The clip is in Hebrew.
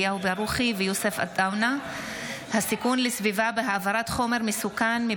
אליהו ברוכי ויוסף עטאונה בנושא: משבר הפסולת החמור עקב סגירת אתרי